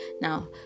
Now